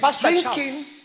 drinking